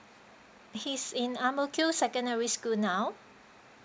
he is in ang mo kio secondary school now